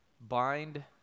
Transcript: bind